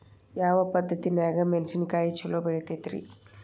ಯಾವ ಪದ್ಧತಿನ್ಯಾಗ ಮೆಣಿಸಿನಕಾಯಿ ಛಲೋ ಬೆಳಿತೈತ್ರೇ?